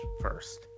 first